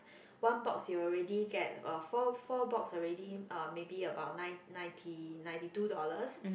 one box you already get uh four four box already uh maybe about ninety ninety two dollar